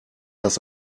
das